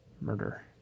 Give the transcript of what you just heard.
murder